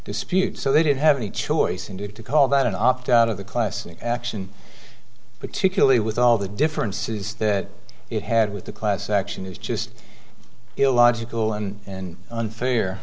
disputes so they don't have any choice and to call that an opt out of the class action particularly with all the differences that it had with the class action is just illogical and unfair